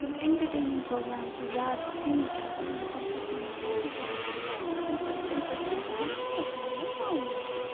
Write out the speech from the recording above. یِم entertaining programme چھِ زیادٕ تِم چھِ آسان یَتھ منٛز ہسی مزاقہٕ زیادٕ آسہِ ییٚمہِ سۭتۍ تَمہِ سۭتۍ چھُ اِنسانَس سِٹرس لیوَل ڈاوُن گَژھان